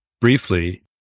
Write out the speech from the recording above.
briefly